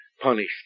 Punished